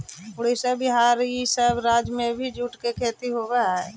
उड़ीसा, बिहार, इ सब राज्य में भी जूट के खेती होवऽ हई